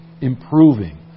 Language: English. improving